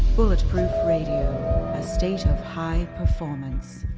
bulletproof radio, a state of high performance.